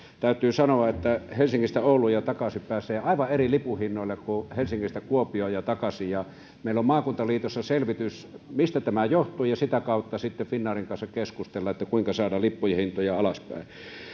täytyy sanoa että helsingistä ouluun ja takaisin pääsee aivan eri lipunhinnoilla kuin helsingistä kuopioon ja takaisin meillä on maakuntaliitossa selvitys mistä tämä johtuu ja sitä kautta sitten finnairin kanssa keskustellaan että kuinka saadaan lippujen hintoja alaspäin